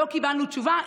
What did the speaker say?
לא קיבלנו תשובה.